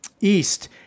East